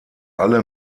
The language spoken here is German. alle